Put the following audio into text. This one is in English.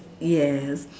yes